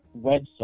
website